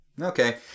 okay